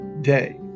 day